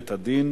הראשונה,